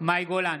מאי גולן,